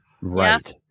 right